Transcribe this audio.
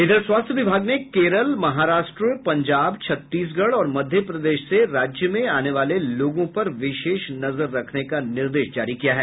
इधर स्वास्थ्य विभाग ने केरल महाराष्ट्र पंजाब छत्तीसगढ़ और मध्य प्रदेश से राज्य में आने वाले लोगों पर विशेष नजर रखने का निर्देश जारी किया है